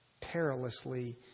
perilously